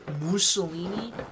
Mussolini